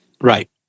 right